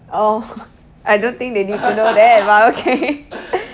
orh I don't think they need to know that but okay